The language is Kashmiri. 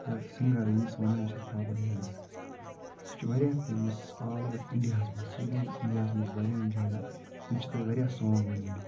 یا سِنٛگَر ییٚمِس ونان چھِ أسۍ بابَڑ مُدَثر سُہ چھِ واریاہ فٮ۪مَس آل اَوَر اِنٛڈِیاہَس منٛز سُہ چھِ گومُت اِنڈِیاہَس منٛز واریاہَن جایَن تٔمۍ چھِ تَتہِ واریاہ سانٛگ ؤنۍ مٕتۍ